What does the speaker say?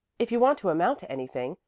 if you want to amount to anything,